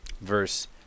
verse